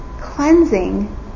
cleansing